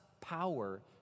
power